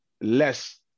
less